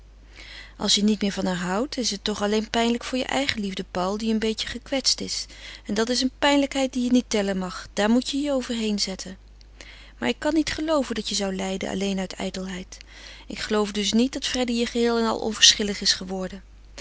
als je niet meer van haar houdt is het toch alleen pijnlijk voor je eigenliefde paul die een beetje gekwetst is en dat is een pijnlijkheid die je niet tellen mag daar moet je je overheen zetten maar ik kan niet gelooven dat je zou lijden alleen uit ijdelheid ik geloof dus niet dat freddy je geheel en al onverschillig is geworden